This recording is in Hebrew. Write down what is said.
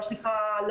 מה שנקרא,